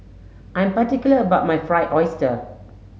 I'm particular about my fried oyster